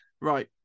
right